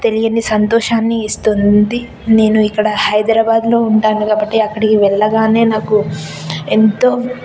తెలియని సంతోషాన్ని ఇస్తుంది నేను ఇక్కడ హైదరాబాద్లో ఉంటాను కాబట్టి అక్కడికి వెళ్ళగానే నాకు ఎంతో